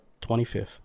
25th